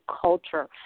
culture